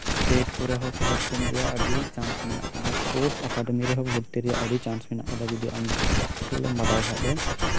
state ᱠᱚᱨᱮ ᱦᱚᱸ select ᱨᱮᱭᱟᱜ ᱟᱹᱰᱤ ᱪᱟᱱᱥ ᱢᱮᱱᱟᱜ ᱠᱟᱫᱟ ᱚᱥᱯᱳᱨᱴ ᱮᱠᱟᱰᱮᱢᱤ ᱨᱮᱦᱚᱸ ᱵᱷᱚᱨᱛᱤ ᱨᱮᱭᱟᱜ ᱟᱹᱰᱤ ᱪᱟᱱᱥ ᱢᱮᱱᱟᱜ ᱠᱟᱫᱟ ᱡᱚᱫᱤ ᱟᱢ ᱠᱷᱮ ᱮᱢ ᱵᱟᱰᱟᱭ ᱠᱷᱟᱱ ᱫᱚ